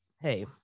hey